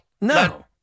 No